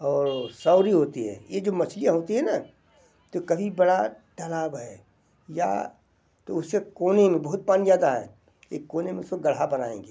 और सउरी होती है ये जो मछलियाँ होती हैं ना तो कहीं बड़ा तलाब है या तो उसके कोने में बहुत पानी ज़्यादा है एक कोने में उसको गढ़हा बनाएंगे